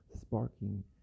sparking